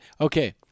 okay